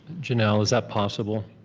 janelle, is that possible?